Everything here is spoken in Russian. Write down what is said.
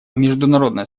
международное